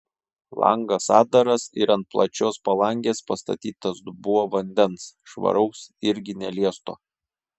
langas atdaras ir ant plačios palangės pastatytas dubuo vandens švaraus irgi neliesto